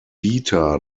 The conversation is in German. vita